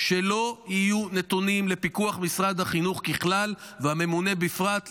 שלא יהיו נתונים לפיקוח משרד החינוך ככלל והממונה בפרט,